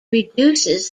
reduces